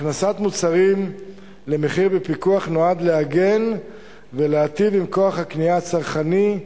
הכנסת מוצרים למחיר בפיקוח נועדה להגן ולהיטיב עם כוח הקנייה הצרכני,